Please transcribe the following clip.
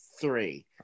three